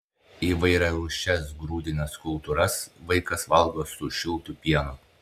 įvairiarūšes grūdines kultūras vaikas valgo su šiltu pienu